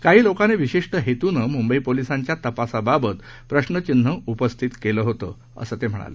काहीलोकांनीविशिष्टहेतूनंमुंबईपोलिसांच्यातपासाबाबतप्रश्नचिन्हउपस्थितकेलंहोतं असंतेम्हणाले